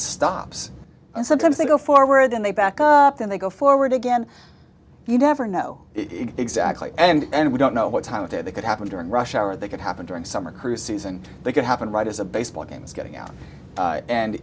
stops and sometimes they go forward and they back up and they go forward again you never know exactly and we don't know what time of day they could happen during rush hour or they could happen during summer cruces and they could happen right as a baseball game is getting out and